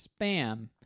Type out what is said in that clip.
spam